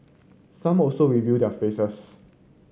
some also reveal their faces